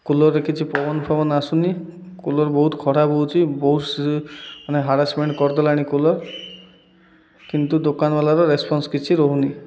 କୁଲରରେ କିଛି ପବନ ଫବନ ଆସୁନି କୁଲର ବହୁତ ଖରାପ ହେଉଛି ବହୁତ ମାନେ ହାରାସମେଣ୍ଟ କରିଦେଲାଣି କୁଲର କିନ୍ତୁ ଦୋକାନବାଲାର ରେସପନ୍ସ କିଛି ରହୁନି